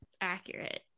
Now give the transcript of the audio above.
Accurate